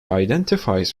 identifies